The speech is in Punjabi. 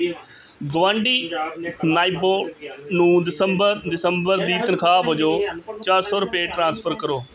ਗੁਆਂਢੀ ਨਾਇਬੋ ਨੂੰ ਦਸੰਬਰ ਦਸੰਬਰ ਦੀ ਤਨਖਾਹ ਵਜੋਂ ਚਾਰ ਸੌ ਰੁਪਏ ਟ੍ਰਾਂਸਫਰ ਕਰੋ